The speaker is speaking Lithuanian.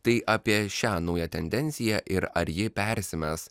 tai apie šią naują tendenciją ir ar ji persimes